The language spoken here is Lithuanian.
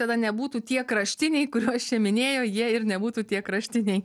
tada nebūtų tie kraštiniai kuriuos čia minėjo jie ir nebūtų tie kraštiniai